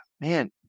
Man